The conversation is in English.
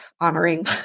honoring